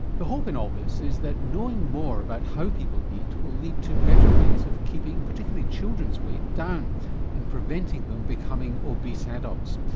the hope in all this is that knowing more about how people eat will lead to better ways of keeping, particularly children's, weight down and preventing them becoming obese adults.